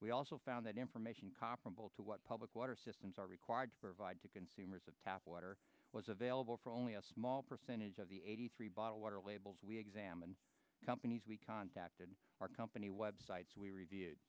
we also found that information comparable to what public water systems are required to provide to consumers of tap water was available for only a small percentage of the eighty three bottled water labels we examined companies we contacted our company websites we reviewed